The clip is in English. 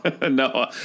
No